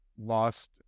lost